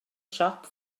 siop